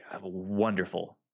wonderful